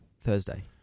Thursday